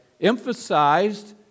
emphasized